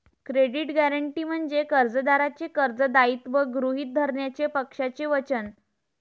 credit guarantee म्हणजे कर्जदाराचे कर्ज दायित्व गृहीत धरण्याचे पक्षाचे वचन